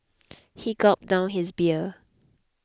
he gulped down his beer